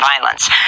violence